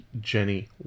Jenny